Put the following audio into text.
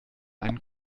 einen